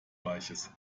weiches